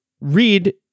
read